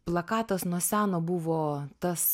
plakatas nuo seno buvo tas